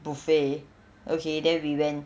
buffet okay then we went